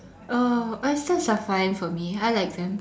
oh oysters are fine for me I like them